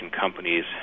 companies